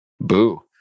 Boo